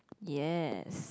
yes